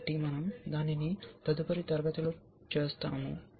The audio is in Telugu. కాబట్టి మనం దానిని తదుపరి తరగతిలో చేస్తాము